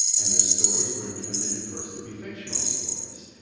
and the stories were intended at first to be fictional stories.